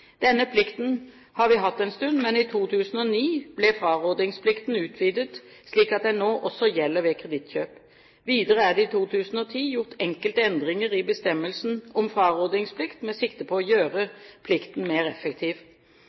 Denne plikten har vi hatt en stund, men i 2009 ble frarådingsplikten utvidet slik at den nå også gjelder ved kredittkjøp. Videre er det i 2010 gjort enkelte endringer i bestemmelsen om frarådingsplikt med sikte på å gjøre plikten mer effektiv.